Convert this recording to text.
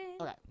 Okay